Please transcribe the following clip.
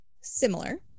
similar